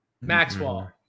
Maxwell